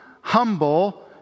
humble